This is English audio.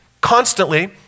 constantly